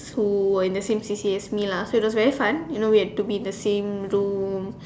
who were in the C_C_A as me lah so it was very fun you know we had to be in the same room